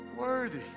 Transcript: Worthy